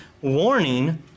warning